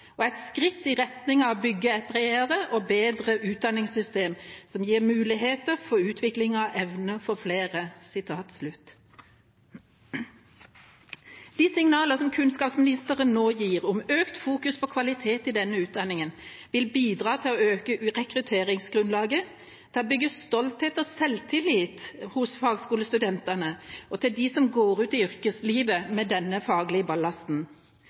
og bedre utdanningssystem, som gir muligheter for utvikling av evner for flere.» De signaler kunnskapsministeren nå gir om økt fokusering på kvalitet i denne utdanningen, vil bidra til å øke rekrutteringsgrunnlaget og til å bygge stolthet og selvtillit hos fagskolestudentene og dem som går ut i yrkeslivet med denne faglige ballasten.